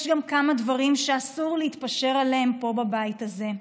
יש גם כמה דברים שאסור להתפשר עליהם פה בבית הזה.